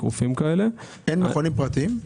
רופאים כאלה- -- אין מכונים פרטיים?